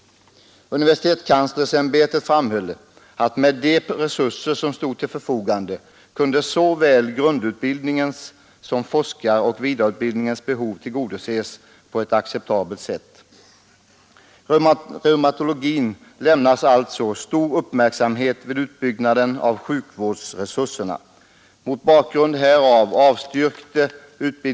Universitetskanslersämbetet framhöll att med de resurser som stod till förfogande kunde såväl grundutbildningen som forskaroch vidareutbildningens behov tillgodoses på ett acceptabelt sätt. Reumatologin ägnas alltså stor uppmärksamhet vid utbyggnaden av sjukvårdsresurserna.